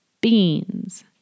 beans